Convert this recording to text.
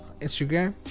instagram